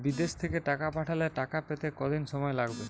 বিদেশ থেকে টাকা পাঠালে টাকা পেতে কদিন সময় লাগবে?